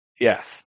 Yes